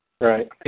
Right